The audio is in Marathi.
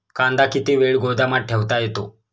कांदा किती वेळ गोदामात ठेवता येतो?